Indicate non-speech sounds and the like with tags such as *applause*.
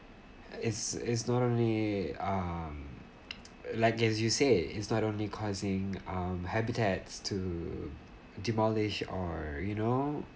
it's it's not only um *noise* like as you said it's not only causing um habitats to demolish or you know